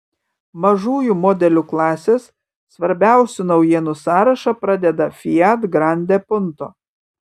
mažųjų modelių klasės svarbiausių naujienų sąrašą pradeda fiat grande punto